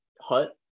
hut